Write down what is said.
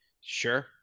Sure